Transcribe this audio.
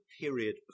period